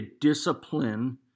discipline